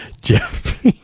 Jeff